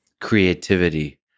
creativity